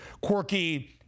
quirky